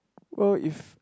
well if